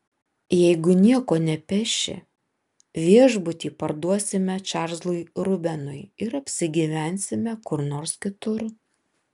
jeigu nieko nepeši viešbutį parduosime čarlzui rubenui ir apsigyvensime kur nors kitur